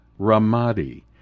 Ramadi